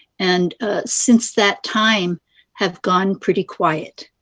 and since that time have gone pretty quiet.